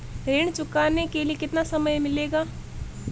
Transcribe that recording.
ऋण चुकाने के लिए कितना समय मिलेगा?